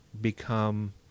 become